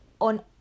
on